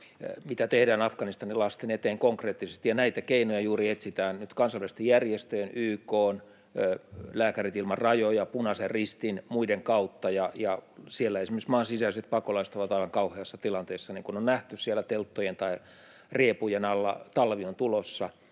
mitä tehdään Afganistanin lasten eteen konkreettisesti, ja näitä keinoja juuri nyt etsitään kansainvälisten järjestöjen, YK:n, Lääkärit Ilman Rajoja, Punaisen Ristin ja muiden kautta. Siellä esimerkiksi maan sisäiset pakolaiset ovat aivan kauheassa tilanteessa, niin kuin on nähty, siellä telttojen tai riepujen alla, talvi on tulossa,